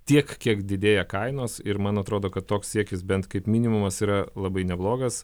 tiek kiek didėja kainos ir man atrodo kad toks siekis bent kaip minimumas yra labai neblogas